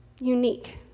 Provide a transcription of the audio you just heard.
unique